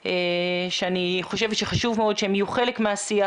שאני חושבת שחשוב מאוד שהם יהיו חלק מהשיח.